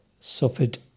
suffered